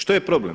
Što je problem?